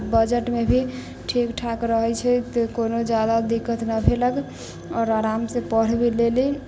बजटमे भी ठीक ठाक रहैत छै कोनो ज्यादा दिक्कत ना भेलक आओर आरामसँ पढ़ि भी लेली